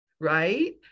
right